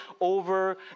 over